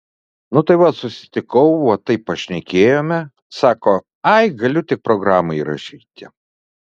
nu tai vat susitikau va taip pašnekėjome sako ai galiu tik programą įrašyti